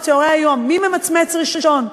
"בצהרי היום" מי ממצמץ ראשון.